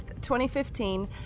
2015